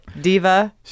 diva